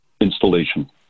installation